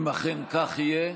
אם אכן כך יהיה,